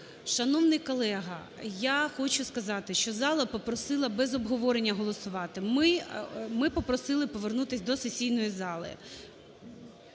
Шановний колега, я хочу сказати, що зала попросила без обговорення голосувати. Ми попросили повернутись до сесійної зали.